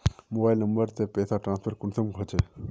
Mobile number से पैसा transfer कुंसम होचे?